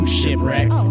shipwreck